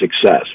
success